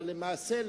אבל למעשה,